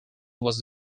was